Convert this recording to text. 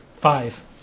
Five